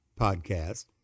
podcast